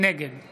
נגד